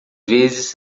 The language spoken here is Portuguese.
vezes